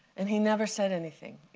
and he never said anything.